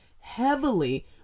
heavily